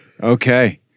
Okay